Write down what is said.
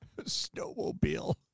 Snowmobile